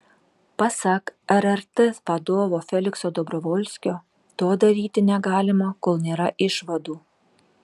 pasak rrt vadovo felikso dobrovolskio to daryti negalima kol nėra išvadų